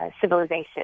civilization